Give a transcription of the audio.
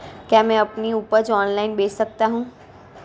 क्या मैं अपनी उपज ऑनलाइन बेच सकता हूँ?